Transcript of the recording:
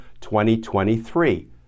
2023